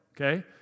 Okay